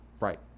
Right